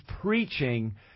preaching